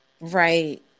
Right